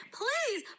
please